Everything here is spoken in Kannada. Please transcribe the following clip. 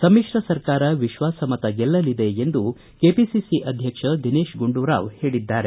ಸಮಿತ್ರ ಸರ್ಕಾರ ವಿಶ್ವಾಸ ಮತ ಗೆಲ್ಲಲಿದೆ ಎಂದು ಕೆಪಿಸಿಸಿ ಅಧ್ಯಕ್ಷ ದಿನೇಶ್ ಗುಂಡೂರಾವ್ ಹೇಳಿದ್ದಾರೆ